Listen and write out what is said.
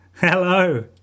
Hello